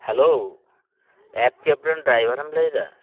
hello ᱮᱵ ᱠᱮᱵ ᱨᱮᱱ ᱰᱟᱭᱵᱷᱟᱨᱮᱢ ᱞᱟᱹᱭ ᱮᱫᱟ